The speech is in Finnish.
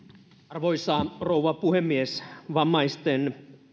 arvoisa rouva puhemies vammaisten